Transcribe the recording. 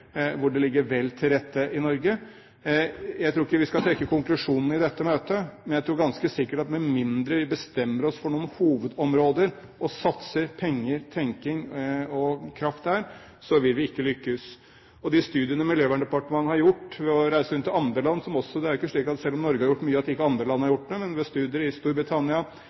hvor det ligger vel til rette i Norge. Jeg tror ikke vi skal trekke konklusjonene i dette møtet, men jeg tror ganske sikkert at med mindre vi bestemmer oss for noen hovedområder og satser penger, tenkning og kraft der, vil vi ikke lykkes. De studiene Miljøverndepartementet har gjort ved å reise rundt i andre land – det er jo ikke slik, selv om Norge har gjort mye, at ikke andre land har gjort noe – viser at i Storbritannia,